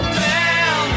man